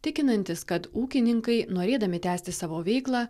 tikinantis kad ūkininkai norėdami tęsti savo veiklą